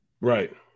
Right